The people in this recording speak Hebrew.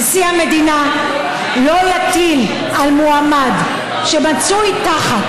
נשיא המדינה לא יטיל על מועמד שמצוי תחת